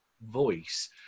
voice